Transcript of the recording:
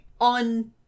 on